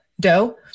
dough